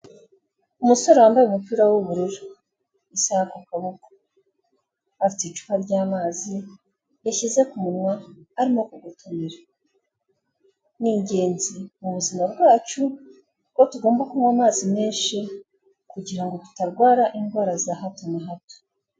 Umusore wambaye umupira w'ubururu, isaha ku kuboko, afite icupa ry'amazi yashyize ku munwa arimo kugotomera, ni ingenzi mu buzima bwacu, ko tugomba kunywa amazi menshi kugira ngo tutarwara indwara za hato na hato.